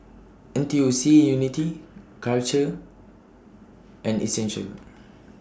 N T U C Unity Karcher and Essential